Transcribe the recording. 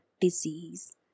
disease